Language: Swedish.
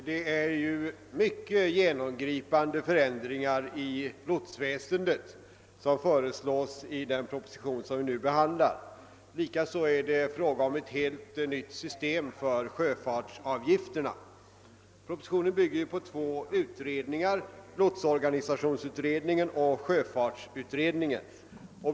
Herr talman! Det är mycket genomgripande förändringar i lotsväsendet som föreslås i den proposition som vi nu behandlar. Likaså är det fråga om ett helt nytt system för sjöfartsavgifterna. Propositionen bygger på två utredningar, lotsorganisationsutredningen och sjöfartsutredningen.